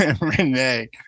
Renee